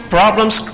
problems